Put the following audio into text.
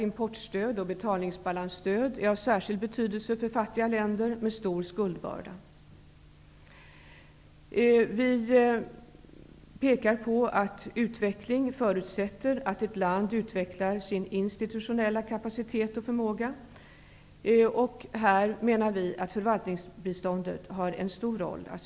Utvecklingen förutsätter att ett land utvecklar sin institutionella kapacitet och förmåga. Här spelar förvaltningsbiståndet en stor roll.